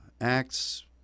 Acts